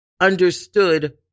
understood